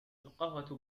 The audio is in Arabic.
القهوة